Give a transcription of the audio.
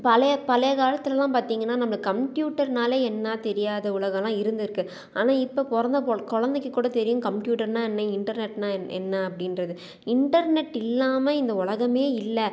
பழைய பழைய காலத்துலெல்லாம் பார்த்தீங்கனா நம்ம கம்ப்யூட்டர்னாலே என்ன தெரியாத உலகமெலாம் இருந்திருக்கு ஆனால் இப்போ பிறந்த கொ குழந்தைக்குக்கூட தெரியும் கம்ப்யூட்டர்னால் என்ன இன்டர்நெட்னால் என்ன அப்படின்றது இன்டர்நெட் இல்லாமல் இந்த உலகமே இல்லை